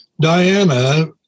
Diana